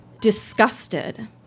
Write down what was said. disgusted